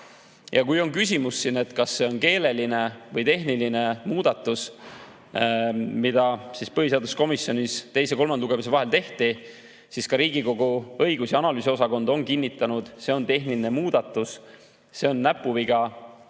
Ja kui on küsimus, kas see on keeleline või tehniline muudatus, mida põhiseaduskomisjonis teise ja kolmanda lugemise vahel tehti, siis ka Riigikogu õigus‑ ja analüüsiosakond on kinnitanud: see on tehniline muudatus, see on näpuviga